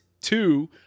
Two